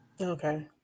Okay